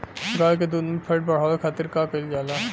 गाय के दूध में फैट बढ़ावे खातिर का कइल जाला?